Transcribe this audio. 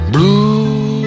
Blue